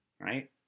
right